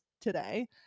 today